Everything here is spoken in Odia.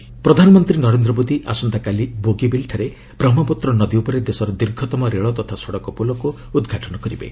ପିଏମ ବ୍ରିକ୍ ପ୍ରଧାନମନ୍ତ୍ରୀ ନରେନ୍ଦ୍ର ମୋଦି ଆସନ୍ତାକାଲି ବୋଗିବିଲ୍ ଠାରେ ବ୍ରହ୍ମପୁତ୍ର ନଦୀ ଉପରେ ଦେଶର ଦୀର୍ଘତମ ରେଳ ତଥା ସଡକ ପୋଲକୁ ଉଦ୍ଘାଟନ କରିବେ